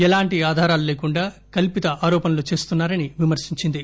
ఏలాంటి ఆధారాలు లేకుండా కల్సిత ఆరోపణలు చేస్తున్నా రని విమర్శించింది